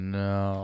no